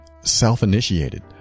self-initiated